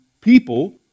people